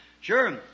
Sure